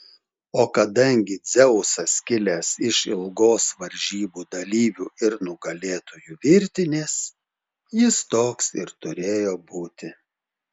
o kadangi dzeusas kilęs iš ilgos varžybų dalyvių ir nugalėtojų virtinės jis toks ir turėjo būti